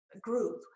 group